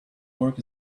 work